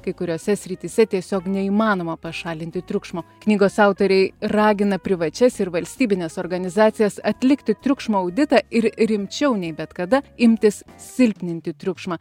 kai kuriose srityse tiesiog neįmanoma pašalinti triukšmo knygos autoriai ragina privačias ir valstybines organizacijas atlikti triukšmo auditą ir rimčiau nei bet kada imtis silpninti triukšmą